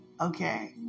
Okay